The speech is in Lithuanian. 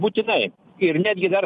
būtinai ir netgi dar